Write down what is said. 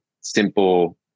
simple